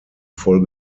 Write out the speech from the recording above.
voll